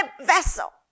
vessel